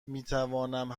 میتوانم